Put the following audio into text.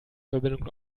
verbindung